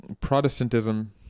protestantism